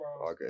Okay